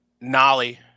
Nolly